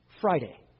Friday